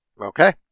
Okay